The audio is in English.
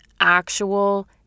Actual